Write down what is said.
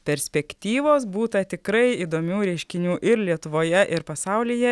perspektyvos būta tikrai įdomių reiškinių ir lietuvoje ir pasaulyje